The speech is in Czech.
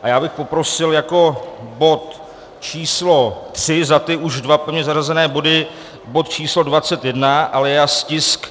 A já bych poprosil jako bod č. 3 za ty už dva pevně zařazené body bod č. 21, alias tisk 179.